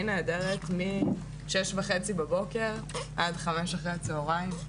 נעדרת משש וחצי בבוקר עד חמש אחר הצהריים.